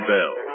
Bell